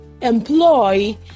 employ